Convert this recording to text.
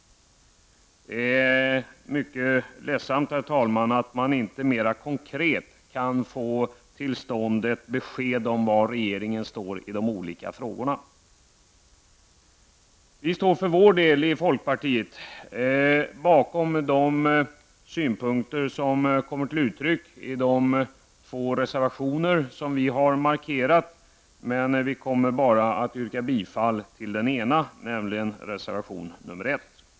Det är mycket ledsamt, herr talman, att det inte går att mer konkret få ett besked om regeringens ståndpunkt i de olika frågorna. Vi i folkpartiet står för vår del bakom de synpunkter som kommit till uttryck i de två reservationer vi avgivit, men jag kommer bara att yrka bifall till den ena, nämligen reservation nr 1.